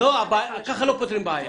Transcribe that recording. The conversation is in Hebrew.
כך לא פותרים בעיה.